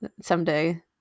Someday